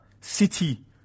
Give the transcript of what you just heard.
City